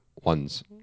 ones